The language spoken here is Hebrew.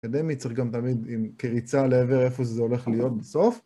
אקדמית צריך גם תמיד עם קריצה לעבר איפה זה הולך להיות בסוף